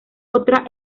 otra